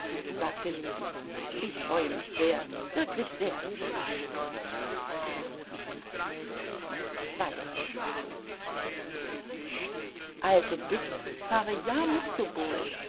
sagte ljewin ich freue mich sehr wirklich sehr also bitte fahre ja mit